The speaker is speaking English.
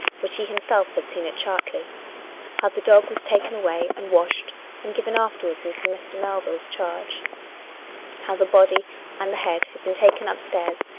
which he himself had seen at chartley how the dog was taken away and washed and given afterwards into mr. melville's charge how the body and the head had been taken upstairs,